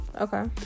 Okay